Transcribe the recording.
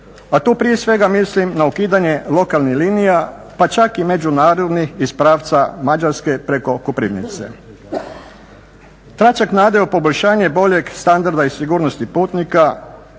a tu prije svega mislim na ukidanje lokalnih linija, pa čak i međunarodnih iz pravca Mađarske preko Koprivnice. Tračak nade u poboljšanje boljeg standarda i sigurnosti putnika